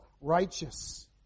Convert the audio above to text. righteous